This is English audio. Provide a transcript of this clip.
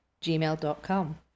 gmail.com